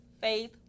Faith